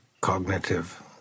cognitive